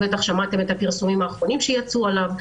בטח שמעתם על הפרסומים האחרונים שיצאו עליו.